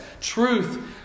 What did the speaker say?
truth